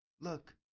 look